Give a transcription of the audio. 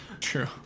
true